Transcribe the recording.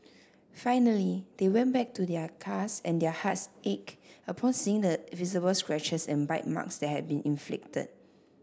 finally they went back to their cars and their hearts ached upon seeing the visible scratches and bite marks that had been inflicted